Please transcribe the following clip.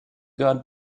got